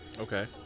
Okay